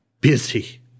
busy